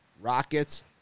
Rockets